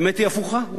האמת היא הפוכה.